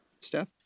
Steph